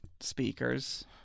speakers